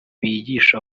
bigisha